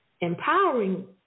empowering